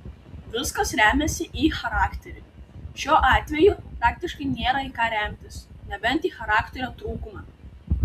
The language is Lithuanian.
viskas remiasi į charakterį šiuo atveju praktiškai nėra į ką remtis nebent į charakterio trūkumą